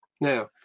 Now